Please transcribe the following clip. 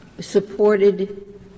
supported